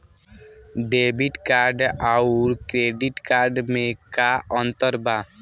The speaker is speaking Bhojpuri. डेबिट कार्ड आउर क्रेडिट कार्ड मे का अंतर बा?